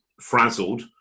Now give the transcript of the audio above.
frazzled